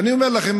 אני אומר לכם,